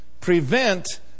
prevent